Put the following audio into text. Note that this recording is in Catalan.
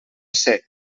ser